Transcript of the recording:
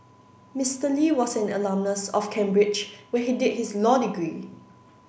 Mister Lee was an alumnus of Cambridge where he did his law degree